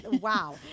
wow